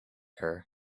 her